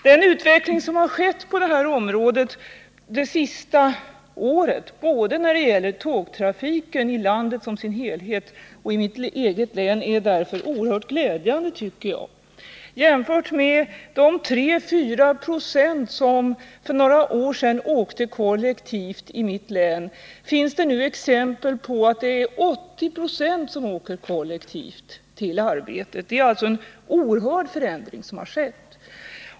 Den utveckling som har skett på detta område det senaste året när det gäller tågtrafiken i landet som helhet och i mitt eget län är därför oerhört glädjande, tycker jag. Medan i vissa kommuner 3 å 4 Jo för några år sedan åkte kollektivt i mitt län, finns det nu exempel som visar att 80 96 åker kollektivt till arbetet. Det är alltså en oerhörd förändring som har skett.